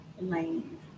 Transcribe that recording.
lane